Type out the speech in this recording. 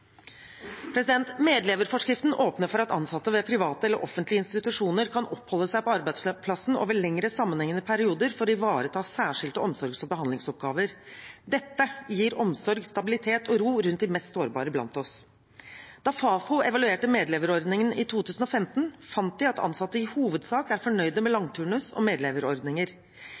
åpner for at ansatte ved private eller offentlige institusjoner kan oppholde seg på arbeidsplassen over lengre sammenhengende perioder for å ivareta særskilte omsorgs- og behandlingsoppgaver. Dette gir omsorg, stabilitet og ro rundt de mest sårbare blant oss. Da Fafo evaluerte medleverordningen i 2015, fant de at ansatte i hovedsak er fornøyde med langturnus og medleverordninger.